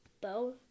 bow